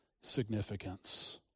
significance